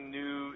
new